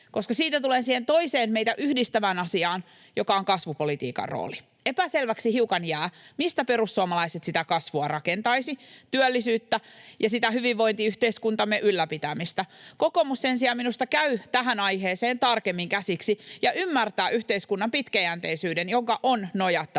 Ja siitä tulen siihen toiseen meitä yhdistävään asiaan, joka on kasvupolitiikan rooli. Epäselväksi hiukan jää, mistä perussuomalaiset rakentaisivat sitä kasvua, työllisyyttä ja sitä hyvinvointiyhteiskuntamme ylläpitämistä. Kokoomus sen sijaan minusta käy tähän aiheeseen tarkemmin käsiksi ja ymmärtää yhteiskunnan pitkäjänteisyyden, jonka on nojattava